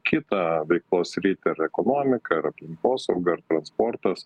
kitą veiklos sritį ir ekonomiką ir aplinkosaugą ir transportas